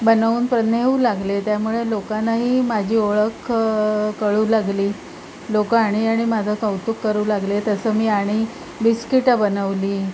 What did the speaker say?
बनवून प्र नेऊ लागले त्यामुळे लोकांनाही माझी ओळख कळू लागली लोकं आणि आणि माझं कौतुक करू लागले तसं मी आणि बिस्किटं बनवली